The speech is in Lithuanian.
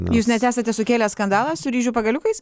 jūs net esate sukėlęs skandalą su ryžių pagaliukais